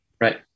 right